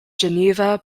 geneva